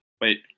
Wait